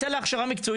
צא להכשרה מקצועית.